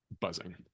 buzzing